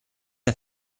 der